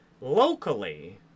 locally